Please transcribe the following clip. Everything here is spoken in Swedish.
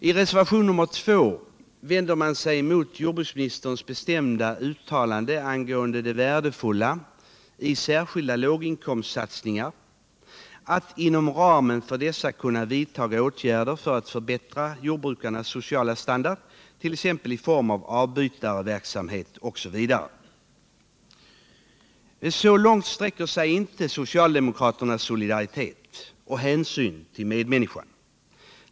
I reservationen 2 vänder man sig mot jordbruksministerns bestämda uttalande angående det värdefulla i särskilda låginkomstsatsningar — att inom ramen för dessa kunna vidta åtgärder för att förbättra jordbrukarnas sociala standard, genom avbytarverksamhet osv. Så långt sträcker sig inte socialdemokraternas solidaritet och hänsyn till medmänniskan.